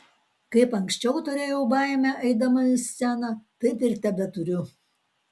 kaip anksčiau turėjau baimę eidama į sceną taip ir tebeturiu